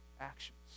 actions